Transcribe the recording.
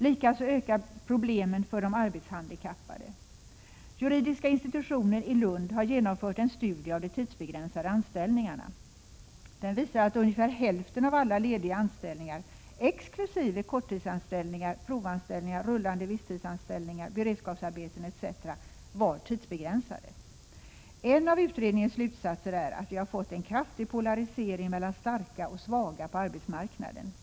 Likaså ökar problemen för de arbetshandikappade. Juridiska institutionen i Lund har genomfört en studie av de tidsbegränsade anställningarna. Den visar att ungefär hälften av alla lediga anställningar — exkl. korttidsanställningar, provanställningar, rullande visstidsanställningar, beredskapsarbeten etc. — var tidsbegränsade. En av utredningens slutsatser är att vi har fått en kraftig polarisering mellan starka och svaga på arbetsmarknaden.